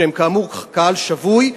שהם כאמור קהל שבוי,